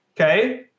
okay